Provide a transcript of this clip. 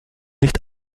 nicht